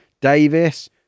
Davis